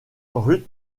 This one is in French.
ruth